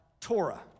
Torah